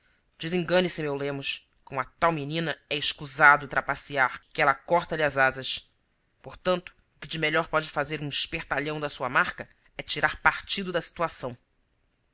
está desengane-se meu lemos com a tal menina é escusado trapacear que ela corta-lhe as vasas portanto o que de melhor pode fazer um espertalhão da sua marca é tirar partido da situação